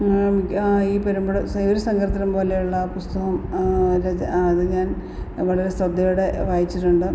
ഈ പെരുമ്പട ശ്രീ ഒരു സങ്കീർത്തനം പോലെയുള്ള പുസ്തകം അത് അത് ഞാൻ വളരെ ശ്രദ്ദയോടെ വായിച്ചിട്ടുണ്ട്